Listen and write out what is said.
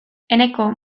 eneko